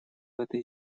этой